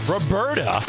Roberta